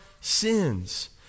sins